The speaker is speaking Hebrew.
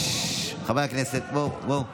חברי הכנסת, בואו.